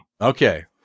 Okay